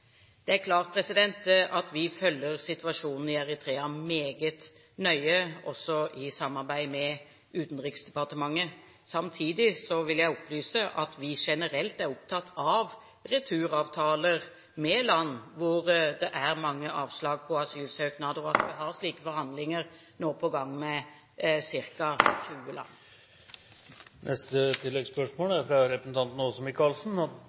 Det er klart at vi følger situasjonen i Eritrea meget nøye, også i samarbeid med Utenriksdepartementet. Samtidig vil jeg opplyse at vi generelt er opptatt av returavtaler med land hvor det er mange avslag på asylsøknader, og vi har nå slike forhandlinger på gang med ca. 20 land.